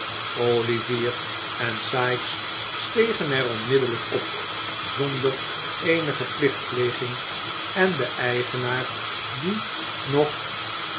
olivier en sikes stegen er onmiddellijk op zonder eenige plichtpleging en de eigenaar die nog